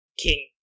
King